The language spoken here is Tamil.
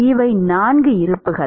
இவை நான்கு இருப்புக்கள்